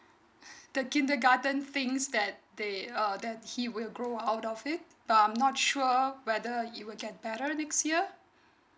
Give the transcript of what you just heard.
the kindergarten things that they err that he will grow out of it but I'm not sure whether it will get better next year